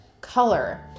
color